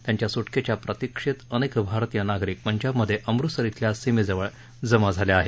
त्यांच्या सुटकेच्या प्रतिक्षेत अनेक भारतीय नागरिक पंजाबमधे अमृतसर इथल्या सीमेजवळ जमा झाले आहेत